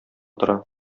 тора